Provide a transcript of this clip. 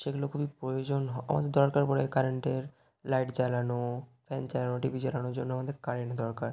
সেগুলো খুবই প্রয়োজন হয় আমাদের দরকার পড়ে কারেন্টের লাইট জ্বালানো ফ্যান চালানো টিভি চালানোর জন্য আমাদের কারেন্ট দরকার